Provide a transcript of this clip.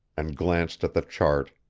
and glanced at the chart,